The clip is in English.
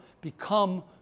become